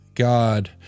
God